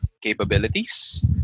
capabilities